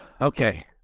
okay